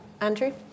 Andrew